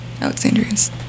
alexandria's